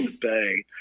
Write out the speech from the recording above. bay